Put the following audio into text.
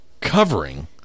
Covering